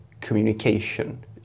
communication